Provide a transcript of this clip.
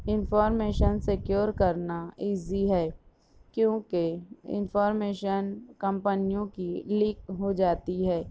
information secure کرنا easy ہے کیونکہ انفارمیشن کمپنیوں کی لیک ہو جاتی ہے